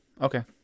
Okay